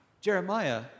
Jeremiah